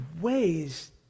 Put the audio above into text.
ways